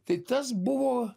tai tas buvo